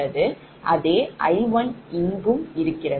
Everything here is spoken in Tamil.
அதே I1 இங்கும் இருக்கிறது